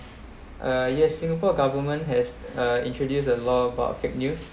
uh yes singapore government has uh introduced a law about fake news